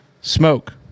Smoke